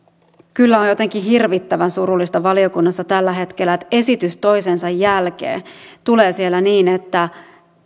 kyllä on jotenkin hirvittävän surullista valiokunnassa tällä hetkellä että esitys toisensa jälkeen tulee siellä niin että